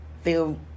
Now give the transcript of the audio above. feel